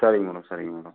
சரிங்க மேடம் சரிங்க மேடம்